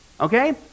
okay